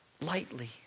lightly